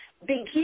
begin